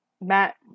Matt